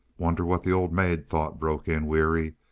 wonder what the old maid thought, broke in weary,